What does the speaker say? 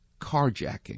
carjacking